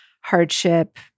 hardship